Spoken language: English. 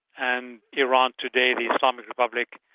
and iran today, the islamic republic,